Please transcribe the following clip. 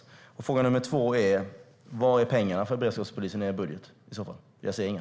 Den andra frågan är: Var är i så fall pengarna för beredskapspolisen i er budget? Jag ser inga.